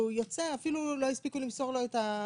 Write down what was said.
ויוצא - אפילו לא הספיקו למסור לו את ההמצאה.